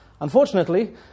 Unfortunately